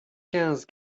quinze